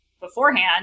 beforehand